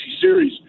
series